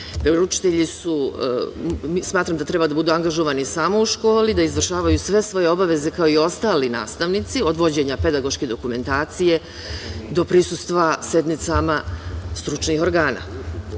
Veroučitelji smatram da budu angažovani samo u školi, da izvršavaju sve svoje obaveze kao i ostali nastavnici od vođenja pedagoške dokumentacije, do prisustva sednicama stručnih organa.